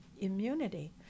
immunity